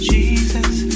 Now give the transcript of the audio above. Jesus